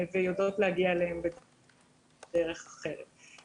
ויודעות להגיע אליהם בדרך אחרת.